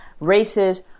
races